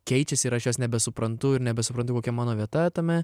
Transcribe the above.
keičiasi ir aš jos nebesuprantu ir nebesupratau kokia mano vieta tame